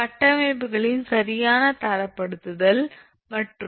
கட்டமைப்புகளின் சரியான தரப்படுத்தல் மற்றும் 4